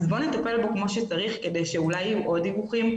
אז בואו נטפל בו כמו שצריך כדי שאולי יהיו עוד דיווחים,